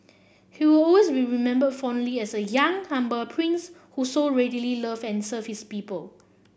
he will always be remembered fondly as a young humble prince who so readily loved and served his people